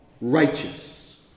righteous